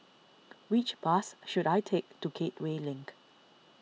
which bus should I take to Gateway Link